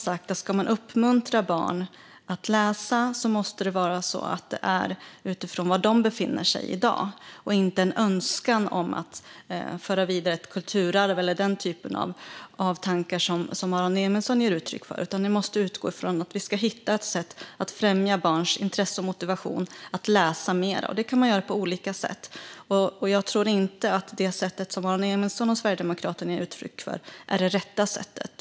Ska man uppmuntra barn att läsa tror jag som sagt att det måste göras utifrån var de befinner sig i dag, inte utifrån en önskan om att föra vidare ett kulturarv eller den typen av tankar som Aron Emilsson ger uttryck för. Det måste utgå ifrån att vi ska hitta ett sätt att främja barns intresse och motivation att läsa mer. Det kan man göra på olika sätt, och jag tror inte att det sätt som Aron Emilsson och Sverigedemokraterna ger uttryck för är det rätta sättet.